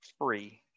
free